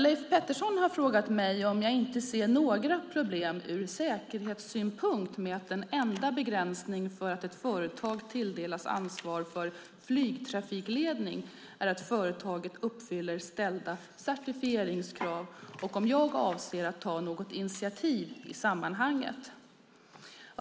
Leif Petterson har frågat mig om jag inte ser några problem ur säkerhetssynpunkt med att den enda begränsning för att ett företag tilldelas ansvar för flygtrafikledning är att företaget uppfyller ställda certifieringskrav och om jag avser att ta något initiativ i sammanhanget.